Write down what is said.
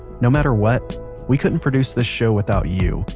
no matter what we couldn't produce this show without you,